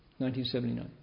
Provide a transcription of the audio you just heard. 1979